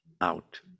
out